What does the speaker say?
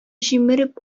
җимереп